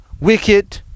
wicked